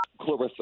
Clarissa